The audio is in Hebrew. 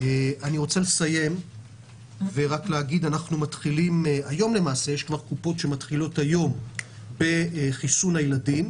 אני רוצה לסיים ולהגיד שהיום יש קופות שמתחילות עם חיסון הילדים